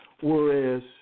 whereas